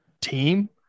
team